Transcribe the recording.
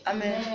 Amen